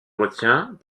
retient